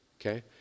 Okay